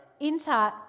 enter